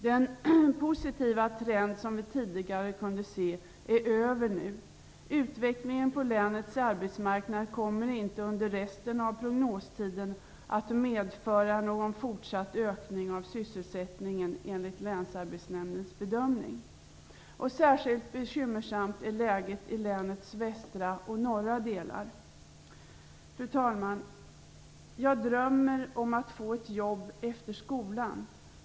Den positiva trend som vi tidigare kunde se är över nu. Utvecklingen på länets arbetsmarknad kommer inte under resten av prognostiden att medföra någon fortsatt ökning av sysselsättningen, enligt länsarbetsnämndens bedömning. Särskilt bekymmersamt är läget i länets västra och norra delar. Fru talman! "Jag drömmer om att få ett jobb efter skolan."